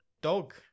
dog